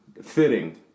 Fitting